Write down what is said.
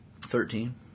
Thirteen